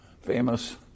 famous